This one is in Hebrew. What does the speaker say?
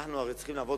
אנחנו הרי צריכים לעבוד,